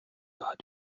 pas